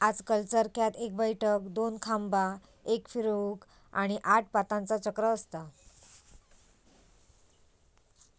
आजकल चरख्यात एक बैठक, दोन खांबा, एक फिरवूक, आणि आठ पातांचा चक्र असता